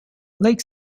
lake